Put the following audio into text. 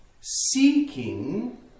seeking